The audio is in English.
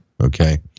Okay